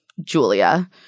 Julia